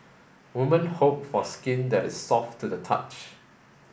women hope for skin that is soft to the touch